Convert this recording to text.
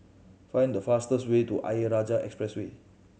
find the fastest way to Ayer Rajah Expressway